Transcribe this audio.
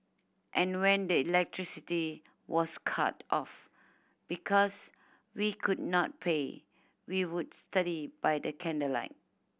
and when the electricity was cut off because we could not pay we would study by the candlelight